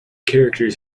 characters